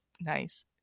nice